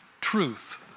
truth